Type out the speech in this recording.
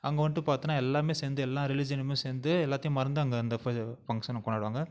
அங்கே வந்துட்டு பார்த்தோன்னா எல்லாேருமே சேர்ந்து எல்லா ரிலீஜியனுமே சேர்ந்து எல்லாத்தையும் மறந்து அங்கே அந்த ஃப ஃபங்க்ஷனை கொண்டாடுவாங்க